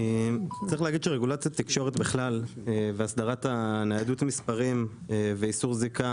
צריך להגיד שרגולציית תקשורת בכלל והסדרת ניידות המספרים ואיסור זיקה